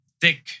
thick